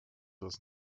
was